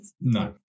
No